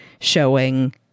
showing